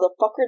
motherfucker